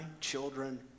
children